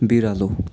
बिरालो